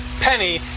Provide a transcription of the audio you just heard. penny